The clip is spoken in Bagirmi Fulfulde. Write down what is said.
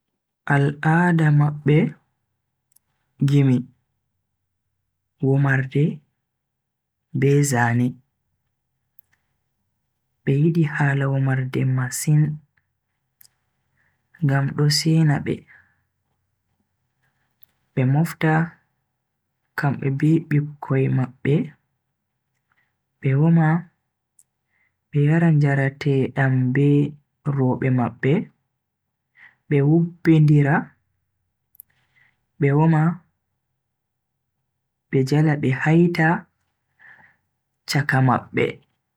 Al'ada mabbe gimi, womarde be zane. Be yidi hala womarde masin ngam do sena be, be mofta kambe be bikkoi mabbe be woma be yara njarateedambe robe mabbe be wubbindira be woma be jala be haita chaka mabbe.